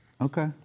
Okay